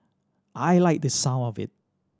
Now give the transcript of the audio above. I liked the sound of it